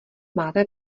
máte